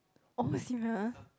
oh serious